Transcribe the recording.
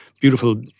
beautiful